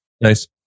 Nice